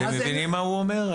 אתם מבינים מה הוא אומר?